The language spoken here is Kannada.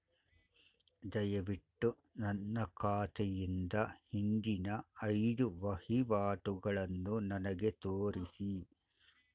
ದಯವಿಟ್ಟು ನನ್ನ ಖಾತೆಯಿಂದ ಹಿಂದಿನ ಐದು ವಹಿವಾಟುಗಳನ್ನು ನನಗೆ ತೋರಿಸಿ